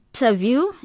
interview